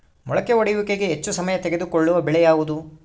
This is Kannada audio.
ಮೊಳಕೆ ಒಡೆಯುವಿಕೆಗೆ ಹೆಚ್ಚು ಸಮಯ ತೆಗೆದುಕೊಳ್ಳುವ ಬೆಳೆ ಯಾವುದು?